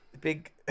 Big